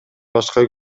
башка